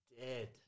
dead